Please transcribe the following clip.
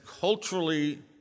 culturally